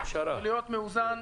להיות מאוזן.